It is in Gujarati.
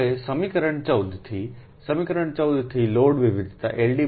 હવે સમીકરણ 14 થીસમીકરણ 14 થી લોડ વિવિધતા LD i1npi pc